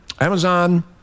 Amazon